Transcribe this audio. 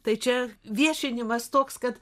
tai čia viešinimas toks kad